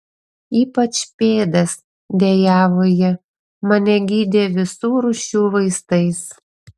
ypač pėdas dejavo ji mane gydė visų rūšių vaistais